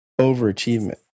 overachievement